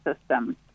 system